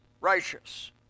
righteous